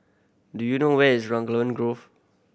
do you know where is Raglan Grove